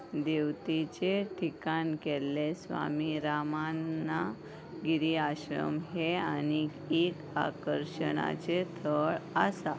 देवतेचे ठिकाण केल्ले स्वामी रामाना गिरी आश्रम हे आनीक एक आकर्षणाचें थळ आसा